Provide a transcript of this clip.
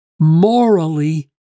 morally